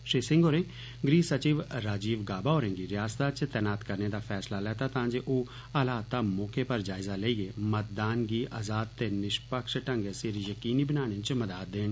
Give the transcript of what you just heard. श्री सिंह होरें गृह सचिव राजीव गाबा होरें गी रियास्ता च तैतात करने दा फैसला लैता तां जे ओह् हालात दा मौके पर जायजा लेईयै मतदान गी आज़ाद ते निष्पक्ष ढंग्गै सिर यकीनी बनाने च मदाद देन